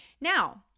Now